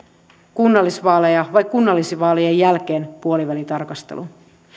kunnallisvaaleja vai kunnallisvaalien jälkeen puolivälitarkastelun